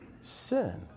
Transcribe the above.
sin